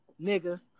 nigga